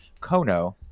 Kono